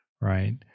right